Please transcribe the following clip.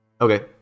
Okay